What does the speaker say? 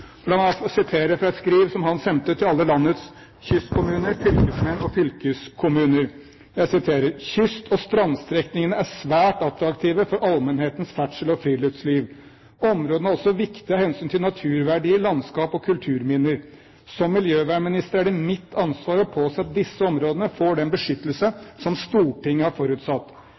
La meg sitere fra et skriv som han sendte til alle landets kystkommuner, fylkesmenn og fylkeskommuner: «Kyst- og strandstrekningene er svært attraktive for allmennhetens ferdsel og friluftsliv. Områdene er også viktige av hensyn til naturverdier, landskap og kulturminner. Som miljøvernminister er det mitt ansvar å påse at disse områdene får den beskyttelse som Stortinget har forutsatt.